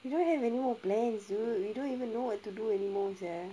we don't have anymore plans dude we don't even know what to do anymore sia